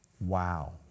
Wow